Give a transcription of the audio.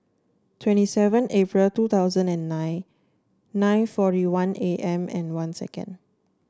twenty seven April two thousand and nine nine forty one A M one second